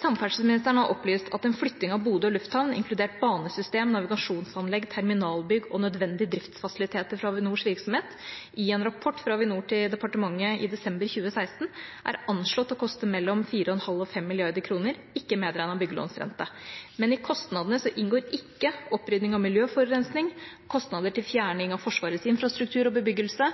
Samferdselsministeren har opplyst at en flytting av Bodø lufthavn, inkludert banesystem, navigasjonsanlegg, terminalbygg og nødvendige driftsfasiliteter fra Avinors virksomhet, i en rapport fra Avinor til departementet i desember 2016 er anslått til å koste mellom 4,5 og 5 mrd. kr, ikke medregnet byggelånsrente. Men i kostnadene inngår ikke opprydding av miljøforurensning, kostnader til fjerning av Forsvarets infrastruktur og bebyggelse.